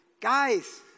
Guys